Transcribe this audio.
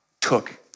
took